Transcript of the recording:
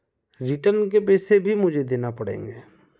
return के पैसे भी मुझे देना पड़ेंगे